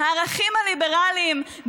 הערכים הליברליים,